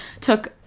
took